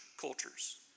cultures